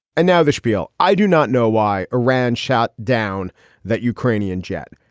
and now the schpiel. i do not know why iran shot down that ukrainian jet.